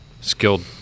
Skilled